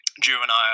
juvenile